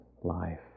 life